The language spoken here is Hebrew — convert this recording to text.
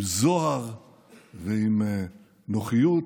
עם זוהר ועם נוחיות,